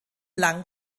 lang